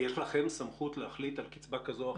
יש לכם סמכות להחליט על קצבה כזו או אחרת?